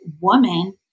woman